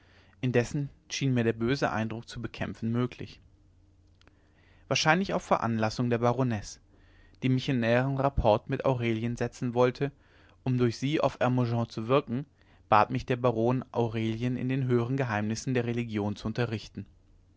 indessen schien mir der böse eindruck zu bekämpfen möglich wahrscheinlich auf veranlassung der baronesse die mich in näheren rapport mit aurelien setzen wollte um durch sie auf hermogen zu wirken bat mich der baron aurelien in den höheren geheimnissen der religion zu unterrichten